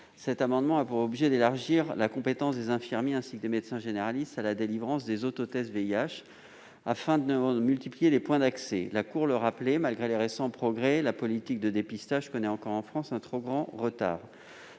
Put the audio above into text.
cet amendement a pour objet d'élargir la compétence des infirmiers, ainsi que des médecins généralistes, à la délivrance des autotests VIH, afin d'en multiplier les points d'accès. Comme la Cour l'a rappelé, malgré les récents progrès, la politique de dépistage connaît encore en France un trop grand retard.